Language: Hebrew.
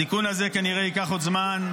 התיקון הזה כנראה ייקח עוד זמן.